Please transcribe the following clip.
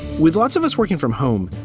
with lots of us working from home,